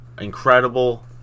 incredible